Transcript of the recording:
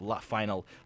final